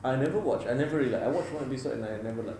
I never watch I never really like I watch one episode and I never like